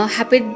Happy